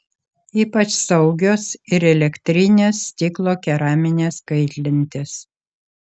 ypač saugios ir elektrinės stiklo keraminės kaitlentės